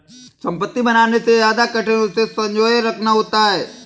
संपत्ति बनाने से ज्यादा कठिन उसे संजोए रखना होता है